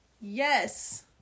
Yes